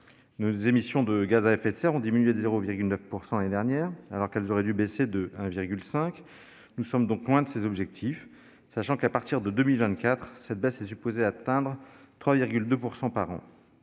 nos émissions de gaz à effet de serre ont diminué de 0,9 % l'année dernière, alors qu'elles auraient dû baisser de 1,5 %. Nous sommes donc loin de ces objectifs, sachant que, à partir de 2024, cette baisse est supposée atteindre 3,2 % par an.